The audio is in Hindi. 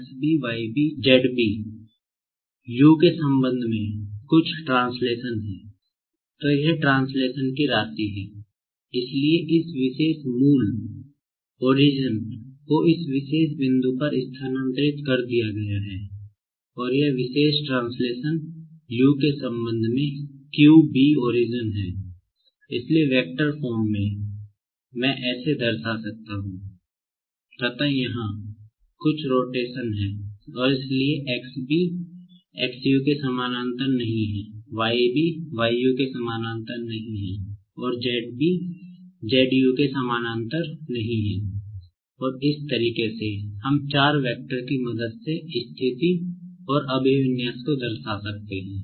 तथा यहाँ कुछ रोटेशन हैं और इसीलिए XB XU के समानांतर नहीं है YB YU के समानांतर नहीं है और ZB ZU के समानांतर नहीं है और इस तरीके से हम चार वैक्टर की मदद से स्थिति और अभिविन्यास को दर्शा सकते हैं